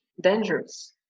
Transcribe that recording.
dangerous